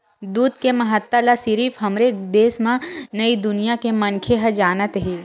दूद के महत्ता ल सिरिफ हमरे देस म नइ दुनिया के मनखे ह जानत हे